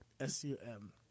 S-U-M